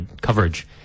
coverage